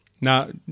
now